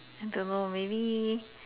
I don't know maybe